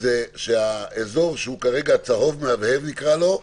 זה שהאזור שהוא כרגע צהוב מהבהב, נקרא לו,